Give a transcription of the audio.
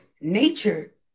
nature